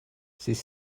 c’est